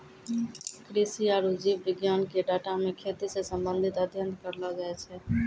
कृषि आरु जीव विज्ञान के डाटा मे खेती से संबंधित अध्ययन करलो जाय छै